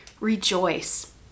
rejoice